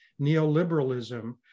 neoliberalism